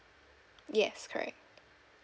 yes correct